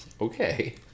okay